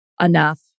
enough